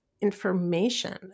information